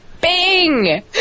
Bing